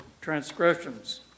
transgressions